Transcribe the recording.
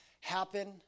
happen